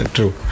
True